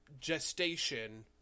gestation